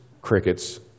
crickets